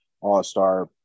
All-Star